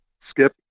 Skip